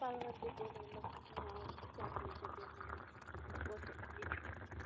پَلوَن تہِ گوٚو مےٚ نۄقصان چپلہِ تہِ گوٚو مےٚ نۄقصان اوترَے أنۍ مےٚ جوٗتی کیٛاہ